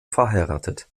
verheiratet